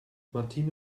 martine